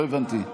לא הבנתי.